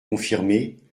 confirmée